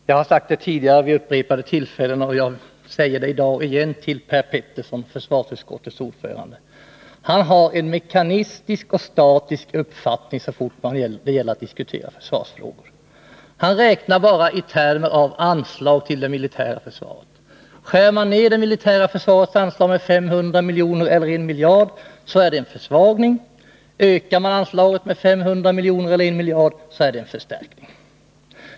Herr talman! Jag har sagt det vid upprepade tillfällen tidigare och jag säger det i dag: Per Petersson, försvarsutskottets ordförande, har en mekanisk och statisk uppfattning så snart det gäller att diskutera försvarsfrågor. Han 21 Nr 45 räknar bara i termer av anslag till det militära försvaret — skär man ner Onsdagen den anslaget till det militära försvaret med 500 miljoner eller 1 miljard, så är det 10 december 1980 en försvagning, och ökar man anslaget med 500 miljoner eller 1 miljard, så är det en förstärkning.